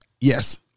Yes